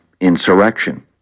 insurrection